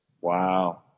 Wow